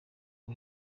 rwo